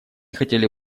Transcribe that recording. хотели